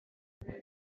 delete